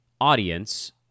audience